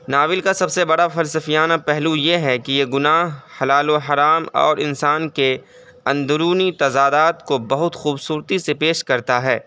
novel کا سب سے بڑا فلسفیانہ پہلو یہ ہے کہ یہ گناہ حلال و حرام اور انسان کے اندرونی تضادات کو بہت خوبصورتی سے پیش کرتا ہے